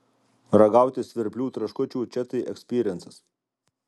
ragauti svirplių traškučių čia tai ekspyriencas